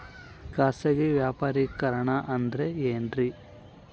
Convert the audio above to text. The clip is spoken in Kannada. ಖಾಸಗಿ ವ್ಯಾಪಾರಿಕರಣ ಅಂದರೆ ಏನ್ರಿ?